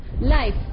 life